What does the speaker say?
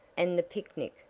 and the picnic,